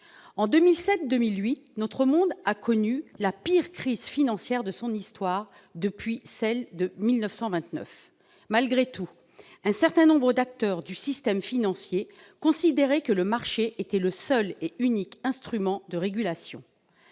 En 2007-2008, notre monde a connu la pire crise financière de son histoire depuis celle de 1929. Malgré tout, un certain nombre d'acteurs du système financier continuent à considérer que le marché est le seul et unique instrument de régulation.